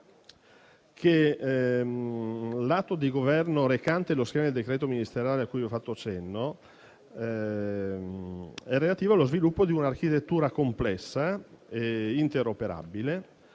che l'atto di Governo recante lo schema di decreto ministeriale a cui ho fatto cenno è relativo allo sviluppo di un'architettura complessa e interoperabile,